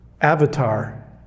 Avatar